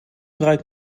draait